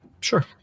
Sure